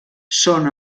són